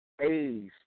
A's